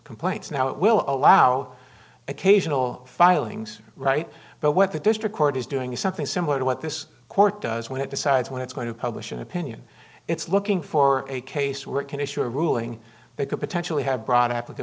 complaints now it will allow occasional filings right but what the district court is doing something similar to what this court does when it decides when it's going to publish an opinion it's looking for a case where it can issue a ruling that could potentially have bro